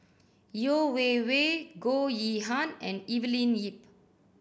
Yeo Wei Wei Goh Yihan and Evelyn Lip